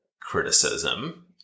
criticism